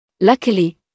Luckily